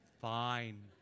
Fine